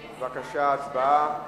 בבקשה, הצבעה.